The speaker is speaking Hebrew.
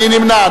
מי נמנע?